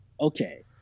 Okay